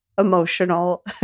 emotional